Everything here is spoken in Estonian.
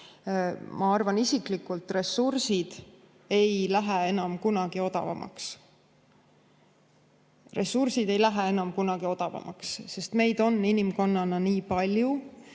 arvan isiklikult, et ressursid ei lähe enam kunagi odavamaks. Ressursid ei lähe enam kunagi odavamaks, sest meid on inimkonnana nii palju.